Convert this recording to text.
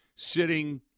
Sitting